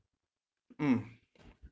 mm